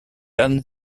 dan